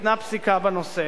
ניתנה פסיקה בנושא,